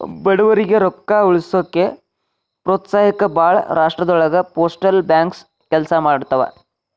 ಬಡವರಿಗಿ ರೊಕ್ಕ ಉಳಿಸೋಕ ಪ್ರೋತ್ಸಹಿಸೊಕ ಭಾಳ್ ರಾಷ್ಟ್ರದೊಳಗ ಪೋಸ್ಟಲ್ ಬ್ಯಾಂಕ್ ಕೆಲ್ಸ ಮಾಡ್ತವಾ